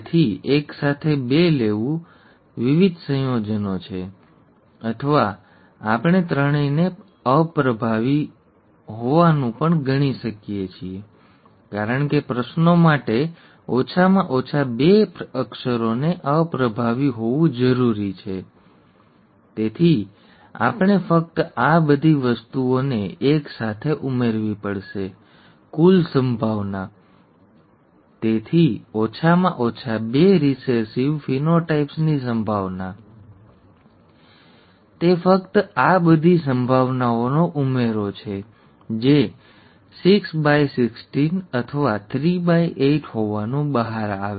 તેથી વિવિધ સંયોજનો છે ppyyRr ¼ x ½ x ½ 116 or ppYyrr ¼ x ½ x ½ 116 or Ppyyrr ½ x ½ x ½ 18 216 Or PPyyrr ¼ x ½ x ½ 116 અથવા આપણે ત્રણેયને અપ્રભાવી હોવાનું પણ ગણી શકીએ કારણ કે પ્રશ્નો માટે ઓછામાં ઓછા બે અક્ષરોને અપ્રભાવી હોવું જરૂરી છે આમ બીજું સંયોજન Ppyyrr ¼ x ½ x ½ 116 તેથી આપણે ફક્ત આ બધી વસ્તુઓને એક સાથે ઉમેરવી પડશે કુલ સંભાવના તેથી ઓછામાં ઓછા બે રિસેસિવ ફેનોટાઇપ્સની સંભાવના તે ફક્ત આ બધી સંભાવનાઓનો ઉમેરો છે જે 616 અથવા 38 હોવાનું બહાર આવે છે